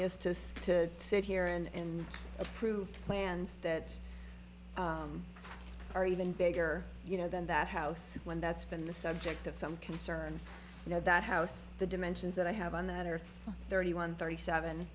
is just to sit here and approved plans that are even bigger you know than that house one that's been the subject of some concern you know that house the dimensions that i have on that are thirty one thirty seven